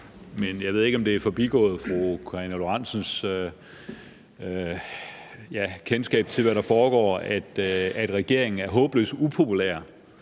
Jeg ved ikke, om det er forbigået fru Karina Lorentzen Dehnhardts kendskab til, hvad der foregår, at regeringen er håbløst upopulær,